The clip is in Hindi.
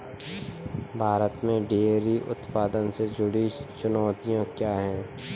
भारत में डेयरी उत्पादन से जुड़ी चुनौतियां क्या हैं?